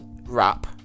wrap